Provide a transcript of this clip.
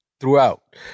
Throughout